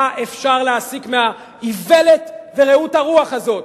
מה אפשר להסיק מהאיוולת ורעות הרוח הזאת?